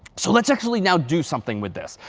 so let's actually now do something with this.